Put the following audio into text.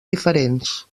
diferents